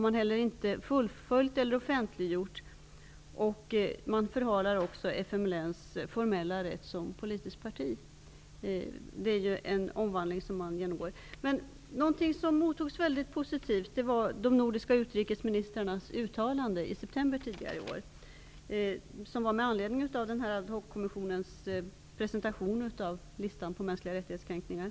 Man förhalar också FMLN:s formella rätt som politiskt parti. Det är en omvandling som sker. De nordiska utrikesministrarnas uttalande i september i år mottogs positivt. Det gjordes med anledning av ad hoc-kommissionens presentation av listan över kränkningar av mänskliga rättigheter.